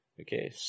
Okay